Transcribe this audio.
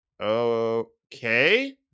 okay